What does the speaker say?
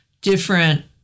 different